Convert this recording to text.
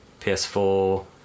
PS4